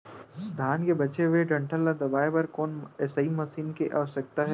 धान के बचे हुए डंठल ल दबाये बर कोन एसई मशीन के आवश्यकता हे?